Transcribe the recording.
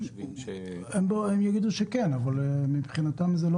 הם יגידו שכן.